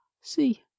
see